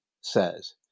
says